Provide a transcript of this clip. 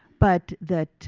but that